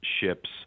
ships